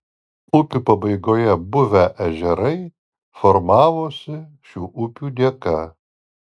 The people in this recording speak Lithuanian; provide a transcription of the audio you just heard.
upių pabaigoje buvę ežerai formavosi šių upių dėka